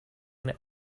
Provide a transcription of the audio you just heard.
that